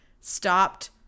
stopped